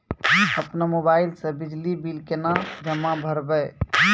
अपनो मोबाइल से बिजली बिल केना जमा करभै?